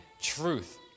truth